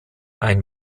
ein